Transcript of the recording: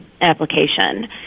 application